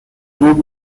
nude